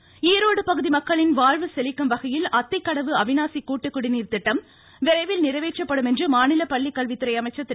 செங்கோட்டையன் ஈரோடு பகுதி மக்களின் வாழ்வு செழிக்கும் வகையில் அத்திக்கடவு அவினாசி கூட்டுக்குடிநீர் திட்டம் விரைவில் நிறைவேற்றப்படும் என்று மாநில பள்ளிக்கல்வித்துறை அமைச்சர் திரு